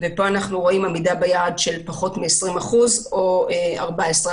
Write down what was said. ופה אנחנו רואים עמידה ביעד של פחות מ-20% או 14%,